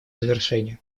завершения